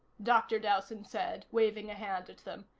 dr. dowson said, waving a hand at them.